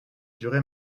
durée